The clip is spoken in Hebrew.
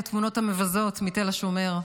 את התמונות המבזות מתל השומר.